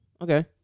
okay